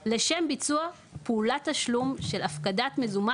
"לשם ביצוע פעולת תשלום של הפקדת מזומן